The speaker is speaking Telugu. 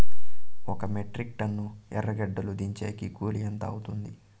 ఒక మెట్రిక్ టన్ను ఎర్రగడ్డలు దించేకి కూలి ఎంత అవుతుంది?